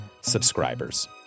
subscribers